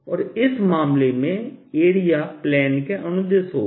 और इस मामले में एरिया प्लेन के अनुदेश होगा